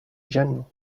general